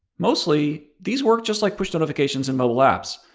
mostly, these work just like push notifications in mobile apps,